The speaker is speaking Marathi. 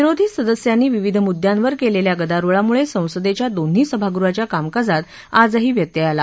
विरोधी सदस्यांनी विविध मुद्द्यावर केलेल्या गदारोळामुळे संसदेच्या दोन्ही सभागृहाच्या कामकाजात आजही व्यत्यय आला